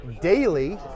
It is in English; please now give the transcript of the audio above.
daily